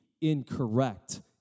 incorrect